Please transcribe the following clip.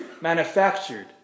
manufactured